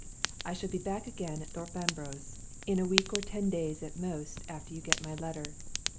i shall be back again at thorpe ambrose in a week or ten days at most after you get my letter.